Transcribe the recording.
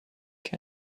can